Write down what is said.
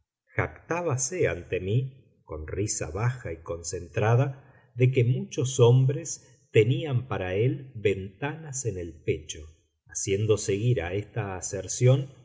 proporcionaba jactábase ante mí con risa baja y concentrada de que muchos hombres tenían para él ventanas en el pecho haciendo seguir a esta aserción